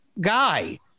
guy